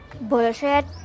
bullshit